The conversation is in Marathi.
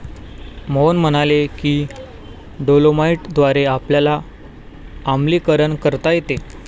मोहन म्हणाले की डोलोमाईटद्वारे आपल्याला आम्लीकरण करता येते